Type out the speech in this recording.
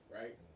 right